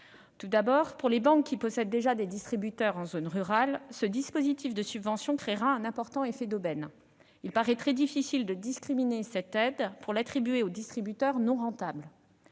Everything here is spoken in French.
problèmes. Pour les banques qui possèdent déjà des distributeurs en zone rurale, ce dispositif de subvention créera un important d'effet d'aubaine. Il paraît très difficile de discriminer cette aide pour l'attribuer aux distributeurs non rentables,